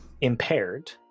impaired